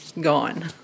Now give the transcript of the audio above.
gone